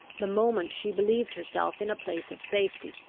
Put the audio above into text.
the moment she believed herself in a place of safety.